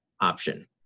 option